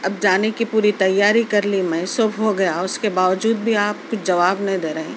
اب جانے کی پوری تیاری کر لی میں صبح ہو گیا اُس کے باوجود بھی آپ جواب نہیں دے رہے ہیں